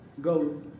go